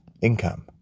income